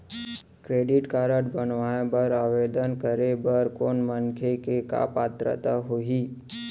Credit card बनवाए बर आवेदन करे बर कोनो मनखे के का पात्रता होही?